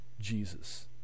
Jesus